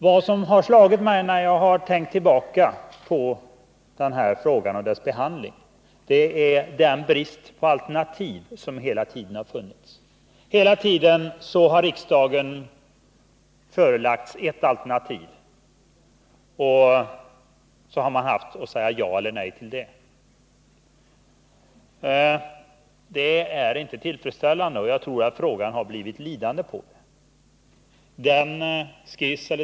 Vad som har slagit mig när jag tänkt tillbaka på frågans behandling är den brist på alternativ som hela tiden har förelegat. Riksdagen har varje gång förelagts endast ett förslag som man haft att säga ja eller nej till. Det har alltså inte förelegat några alternativa förslag. Det är inte tillfredsställande, och jag tror att frågan har blivit lidande på det.